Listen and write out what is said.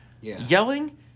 yelling